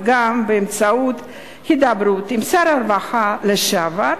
וגם באמצעות הידברות עם שר הרווחה לשעבר,